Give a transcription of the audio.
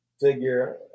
figure